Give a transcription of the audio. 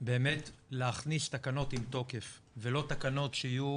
באמת להכניס תקנות עם תוקף ולא תקנות שיהיו